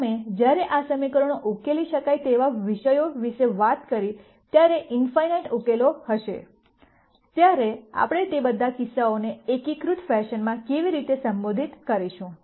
અમે જ્યારે આ સમીકરણો ઉકેલી શકાય તેવા વિષયો વિશે વાત કરી ત્યારે ઈનફાનાઈટ ઉકેલો હશે ત્યારે આપણે તે બધા કિસ્સાઓને એકીકૃત ફેશનમાં કેવી રીતે સંબોધિત કરીશું